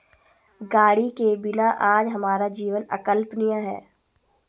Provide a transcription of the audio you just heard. गाड़ी के बिना आज हमारा जीवन अकल्पनीय है